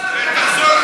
תחזור על המשפט,